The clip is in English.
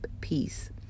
peace